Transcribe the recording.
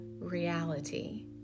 reality